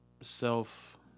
self